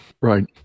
Right